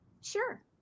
Sure